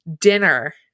dinner